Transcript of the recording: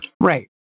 Right